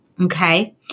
Okay